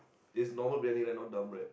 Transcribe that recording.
is normal Briyani right not dump right